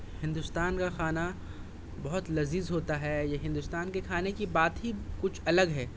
ہندوستان کا کھانا بہت لذیذ ہوتا ہے یہ ہندوستان کے کھانے کی بات ہی کچھ الگ ہے